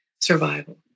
survival